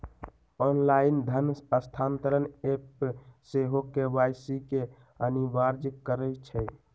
online धन स्थानान्तरण app सेहो के.वाई.सी के अनिवार्ज करइ छै